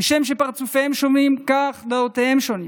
כשם שפרצופיהם שונים כך דעותיהם שונות,